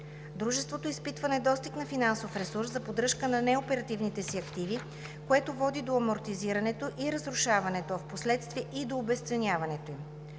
Дружеството изпитва недостиг на финансов ресурс за поддръжка на неоперативните си активи, което води до амортизирането и разрушаването, а впоследствие и до обезценяването им.